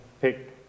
pick